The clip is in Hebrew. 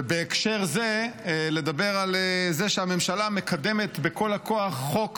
ובהקשר זה לדבר על זה שהממשלה מקדמת בכל הכוח חוק